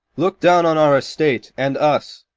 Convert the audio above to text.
look down on our estate and us,